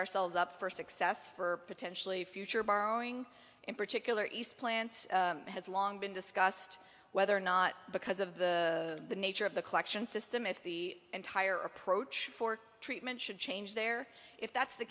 ourselves up for success for potentially future borrowing in particular east plants has long been discussed whether or not because of the nature of the collection system if the entire approach for treatment should change there if that's the